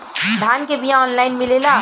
धान के बिया ऑनलाइन मिलेला?